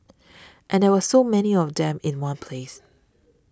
and there were so many of them in one place